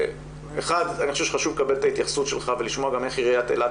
אני חושב שחשוב לקבל את ההתייחסות שלך ולשמוע גם איך עירית אילת